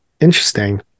Interesting